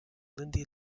lindy